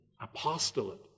apostolate